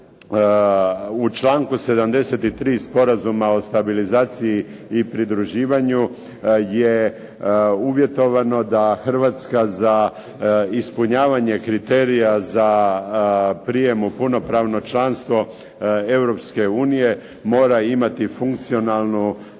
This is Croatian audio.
u članku 73. Sporazuma o stabilizaciji i pridruživanju je uvjetovano da Hrvatska za ispunjavanje kriterija za prijem u punopravno članstvo Europske unije mora imati funkcionalnu